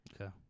Okay